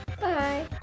Bye